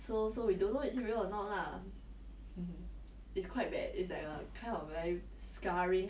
I mean I know a lot of scarring gossip but it's not like things that I will share with a big group